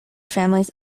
families